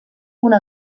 una